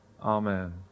Amen